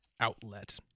outlet